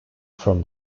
from